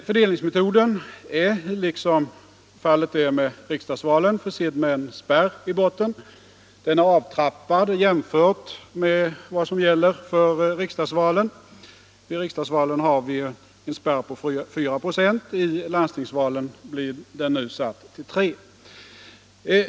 Fördelningsmetoden är liksom i riksdagsvalen försedd med en spärr i botten. Den är avtrappad i jämförelse med vad som gäller för riksdagsvalen. Vid riksdagsvalen har vi en spärr på 4 96, i landstingsvalen blir den nu satt till 3.